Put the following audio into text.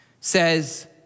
says